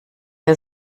der